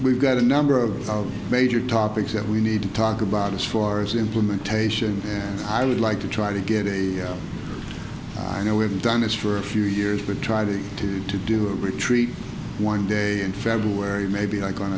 we've got a number of major topics that we need to talk about as far as implementation and i would like to try to get a i know we've done this for a few years but try to to to do a retreat one day in february maybe